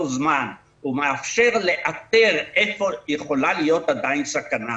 זמן: הוא מאפשר לאתר איפה יכולה להיות עדיין סכנה,